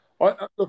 Look